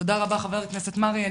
תודה רבה חבר הכנסת מרעי.